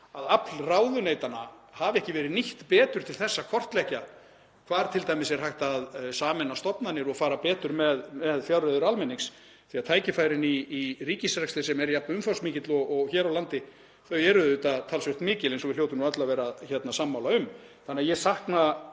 að afl ráðuneytanna hafi ekki verið nýtt betur til að kortleggja hvar t.d. er hægt að sameina stofnanir og fara betur með fjárreiður almennings því að tækifærin í ríkisrekstri sem er jafn umfangsmikill og hér á landi eru talsvert mikil eins og við hljótum öll að vera sammála um. Ég sakna